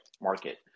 market